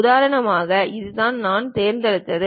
உதாரணமாக இதுதான் நான் தேர்ந்தெடுத்தது